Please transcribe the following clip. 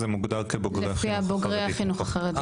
זה מוגדר כבוגרי החינוך החרדי.